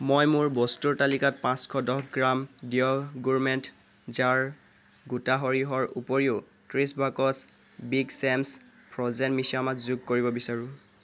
মই মোৰ বস্তুৰ তালিকাত পাঁচশ দহ গ্ৰাম দ্য গোৰমেট জাৰ গোটা সৰিয়হৰ উপৰিও ত্ৰিছ বাকচ বিগ চেম্ছ ফ্ৰ'জেন মিছামাছ যোগ কৰিব বিচাৰোঁ